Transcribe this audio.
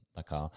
taka